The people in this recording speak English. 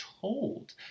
told